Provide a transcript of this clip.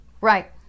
Right